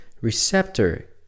receptor